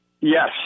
Yes